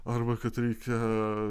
arba kad reikia